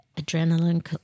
adrenaline